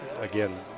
again